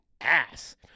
ass